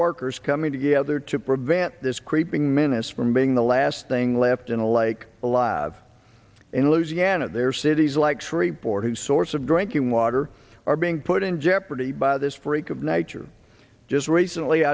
workers coming together to prevent this creeping menace from being the last thing left in a lake alive in louisiana their cities like freeport who source of drinking water are being put in jeopardy by this freak of nature just recently